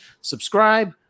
subscribe